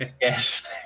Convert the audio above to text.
yes